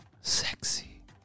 Sexy